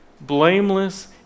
blameless